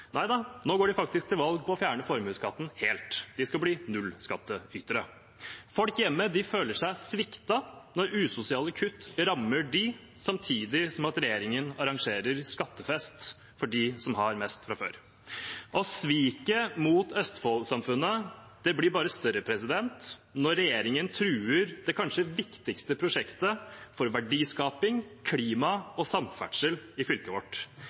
nei da, nå går de faktisk til valg på å fjerne formuesskatten helt. De skal bli nullskattytere. Folk hjemme føler seg sviktet når usosiale kutt rammer dem, samtidig som regjeringen arrangerer skattefest for dem som har mest fra før. Og sviket mot Østfold-samfunnet blir bare større når regjeringen truer det kanskje viktigste prosjektet for verdiskaping, klima og samferdsel i fylket vårt.